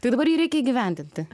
tik dabar jį reikia įgyvendinti